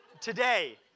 today